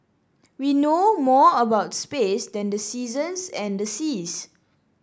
we know more about space than the seasons and the seas